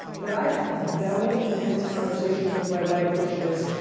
that i've had very intense conversations with my wife which is,